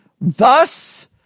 Thus